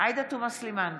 עאידה תומא סלימאן,